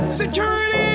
security